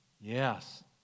Yes